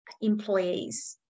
employees